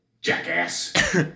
Jackass